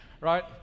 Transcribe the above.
right